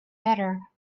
better